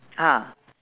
ah